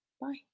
bye